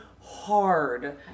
hard